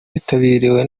witabiriwe